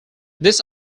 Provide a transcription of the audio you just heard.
this